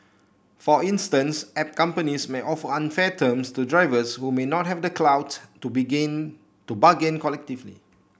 for instance app companies may offer unfair terms to drivers who may not have the clout to begin to bargain collectively